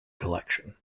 collection